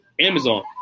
Amazon